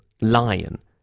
Lion